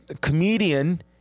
comedian